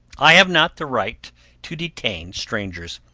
i have not the right to detain strangers.